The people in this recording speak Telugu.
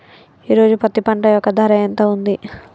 ఈ రోజు పత్తి పంట యొక్క ధర ఎంత ఉంది?